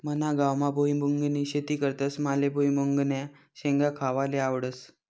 मना गावमा भुईमुंगनी शेती करतस माले भुईमुंगन्या शेंगा खावाले आवडस